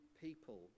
people